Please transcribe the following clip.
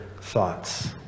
thoughts